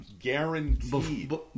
Guaranteed